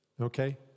okay